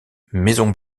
maison